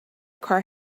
car